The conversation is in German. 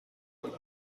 von